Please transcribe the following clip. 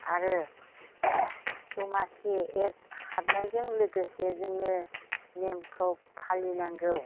आरो दमासि एक हाबनायजों लोगोसे जोङो नेमखौ फालिनांगौ